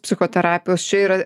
psichoterapijos čia yra